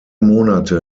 monate